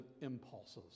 impulses